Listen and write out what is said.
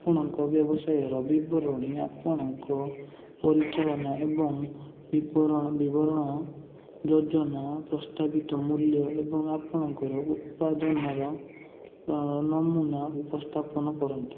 ଆପଣଙ୍କ ବ୍ୟବସାୟର ବିବରଣୀ ଆପଣଙ୍କ ପରିଚାଳନା ଏବଂ ବିପଣନ ଯୋଜନା ପ୍ରସ୍ତାବିତ ମୂଲ୍ୟ ଏବଂ ଆପଣଙ୍କ ଉତ୍ପାଦର ନମୁନା ଉପସ୍ଥାପନ କରନ୍ତୁ